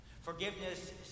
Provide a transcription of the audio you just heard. Forgiveness